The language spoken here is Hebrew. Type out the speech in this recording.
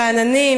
רעננים,